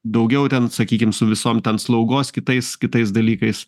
daugiau ten sakykim su visom ten slaugos kitais kitais dalykais